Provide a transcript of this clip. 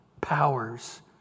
powers